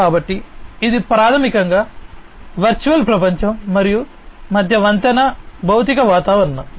కాబట్టి ఇది ప్రాథమికంగా వర్చువల్ ప్రపంచం మరియు మధ్య వంతెన భౌతిక వాతావరణం